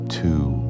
two